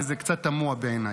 וזה קצת תמוה בעיניי.